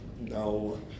no